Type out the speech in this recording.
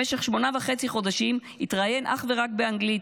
במשך שמונה וחצי חודשים התראיין אך רק באנגלית,